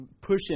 pushing